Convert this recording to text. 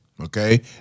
Okay